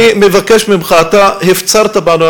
אני מבקש ממך: אתה הפצרת בנו,